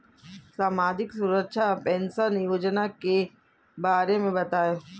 सामाजिक सुरक्षा पेंशन योजना के बारे में बताएँ?